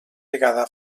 vegada